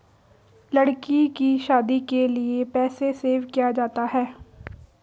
लड़की की शादी के लिए पैसे सेव किया जाता है